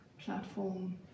platform